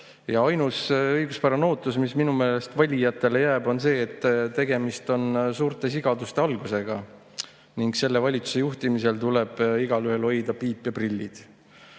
Ja ainus õiguspärane ootus, mis minu meelest valijatele jääb, on see, et tegemist on suurte sigaduste algusega ning selle valitsuse juhtimisel tuleb igaühel hoida piip ja prillid.